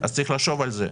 אז צריך לחשוב על זה.